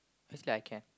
who say I can